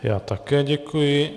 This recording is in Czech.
Já také děkuji.